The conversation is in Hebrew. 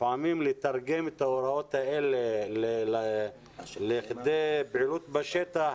לפעמים לתרגם את ההוראות האלה לפעילות בשטח,